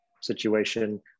situation